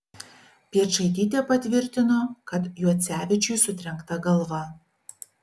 piečaitytė patvirtino kad juocevičiui sutrenkta galva